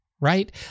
right